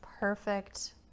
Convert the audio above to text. perfect